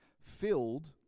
filled